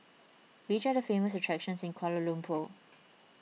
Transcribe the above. which are the famous attractions in Kuala Lumpur